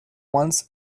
once